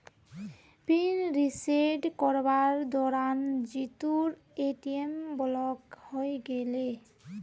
pin reset करवार दौरान जीतूर ए.टी.एम ब्लॉक हइ गेले